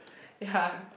ya